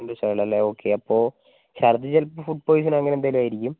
രണ്ട് ദിവസമെ ആയുള്ളൂ അല്ലെ ഓക്കേ അപ്പോൾ ചർദ്ദി ചിലപ്പോൾ ഫുഡ് പൊയ്സണോ അങ്ങനെ എന്തെങ്കിലും ആയിരിക്കും